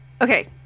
Okay